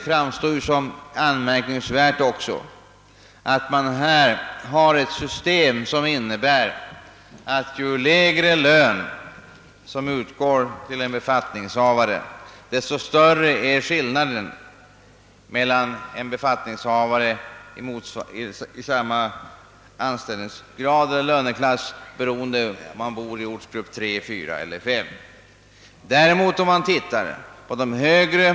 Jag vill avslutningsvis, herr talman, anföra att det också framstår som anmärkningsvärt att skillnaden mellan befattningshavare i samma lönegrad eller löneklass, vilka bor i respektive ortsgrupp 3, 4 eller 5, enligt detta system blir större ju lägre lönen är.